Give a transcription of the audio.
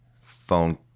phone